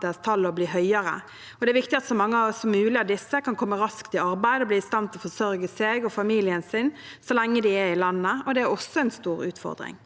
Det er viktig at så mange som mulig av disse kan komme raskt i arbeid og bli i stand til å forsørge seg og familien sin så lenge de er i landet. Det er også en stor utfordring.